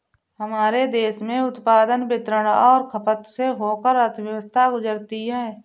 हर देश में उत्पादन वितरण और खपत से होकर अर्थव्यवस्था गुजरती है